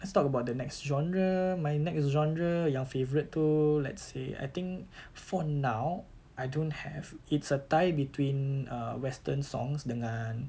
let's talk about the next genre my next genre yang favourite itu let's see I think for now I don't have it's a tie between err western songs dengan